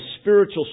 spiritual